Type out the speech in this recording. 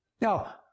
Now